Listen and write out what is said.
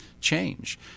change